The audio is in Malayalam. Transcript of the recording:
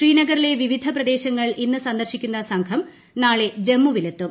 ശ്രീനഗറിലെ വിവിധ പ്രദേശങ്ങൾ ഇന്ന് സന്ദർശിക്കുന്ന സംഘം നാളെ ജമ്മുവിൽ എത്തും